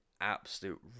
absolute